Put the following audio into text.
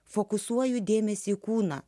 fokusuoju dėmesį kūną